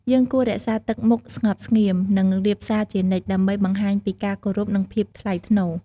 យើងគួររក្សាទឹកមុខស្ងប់ស្ងៀម និង រាបសារជានិច្ច ដើម្បីបង្ហាញពីការគោរព និង ភាពថ្លៃថ្នូរ។